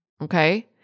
okay